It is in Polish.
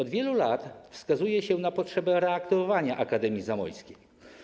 Od wielu lat wskazuje się na potrzebę reaktywowania Akademii Zamojskiej.